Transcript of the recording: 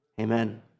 Amen